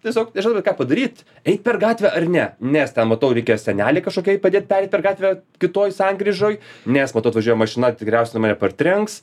tiesiog nežinotum ką padaryt eit per gatvę ar ne nes ten matau reikės senelei kažkokiai padėt pereit per gatvę kitoj sankryžoj nes matau atvažiuoja mašina tikriausiai jinai mane partrenks